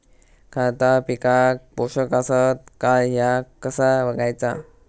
खता पिकाक पोषक आसत काय ह्या कसा बगायचा?